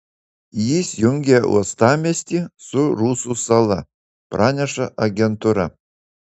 jis jungia uostamiestį su rusų sala praneša agentūra